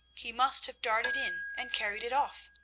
he must have darted in and carried it off